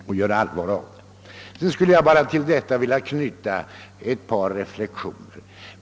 Till vad jag nu sagt skulle jag bara vilja knyta ett par reflexioner.